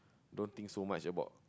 don't think so much about